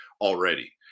already